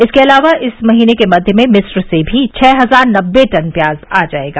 इसके अलावा इस महीने के मध्य में मिस्न से भी छह हजार नब्बे टन प्याज आ जायेगा